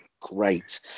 great